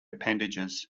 appendages